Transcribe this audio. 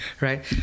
right